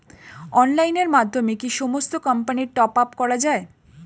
অনলাইনের মাধ্যমে কি সমস্ত কোম্পানির টপ আপ করা যায়?